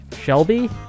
Shelby